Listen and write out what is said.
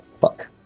fuck